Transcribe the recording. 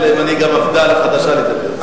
תן למנהיג המפד"ל החדשה לדבר.